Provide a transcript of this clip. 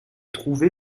trouver